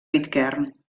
pitcairn